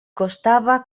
costava